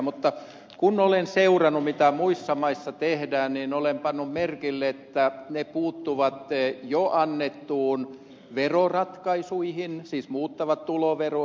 mutta kun olen seurannut mitä muissa maissa tehdään niin olen pannut merkille että ne puuttuvat jo annettuihin veroratkaisuihin siis muuttavat tuloveroa